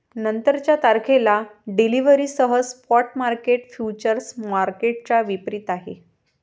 नंतरच्या तारखेला डिलिव्हरीसह स्पॉट मार्केट फ्युचर्स मार्केटच्या विपरीत आहे